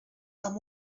amb